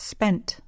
Spent